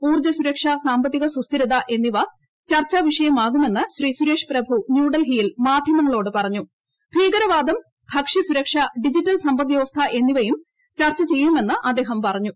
ഊർജ്ജസുരക്ഷ സാമ്പത്തിക സുസ്ഥിരത എന്നിവ ചർച്ചാ വിഷയമാകുമെന്ന് ശ്രീ സുരേഷ് പ്രഭു ന്യൂഡൽഹിയിൽ മാധ്യമങ്ങളോട് സുരക്ഷ ഡിജിറ്റൽ സമ്പദ് വൃവസ്ഥ് എന്നിവയും ചർച്ച ചെയ്യുമെന്ന് അദ്ദേഹം പറഞ്ഞു